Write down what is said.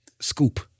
scoop